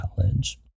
college